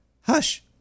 Hush